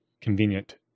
convenient